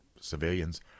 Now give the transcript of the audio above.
civilians